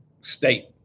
state